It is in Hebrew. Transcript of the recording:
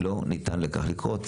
לא ניתן לכך לקרות,